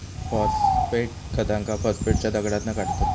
phosphate खतांका फॉस्फेटच्या दगडातना काढतत